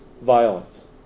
violence